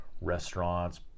restaurants